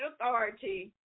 authority